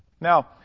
Now